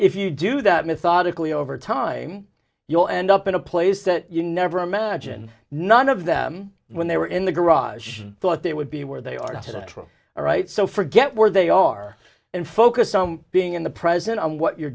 if you do that methodically over time you'll end up in a place that you never imagine none of them when they were in the garage i thought they would be where they are today all right so forget where they are and focus on being in the present and what you're